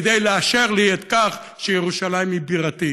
כדי לאשר לי את זה שירושלים היא בירתי.